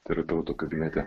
terapeuto kabinete